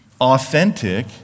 authentic